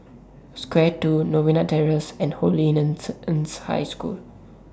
Square two Novena Terrace and Holy Innocents' High School